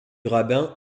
rabbin